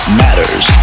matters